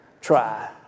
try